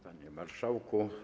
Panie Marszałku!